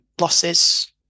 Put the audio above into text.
losses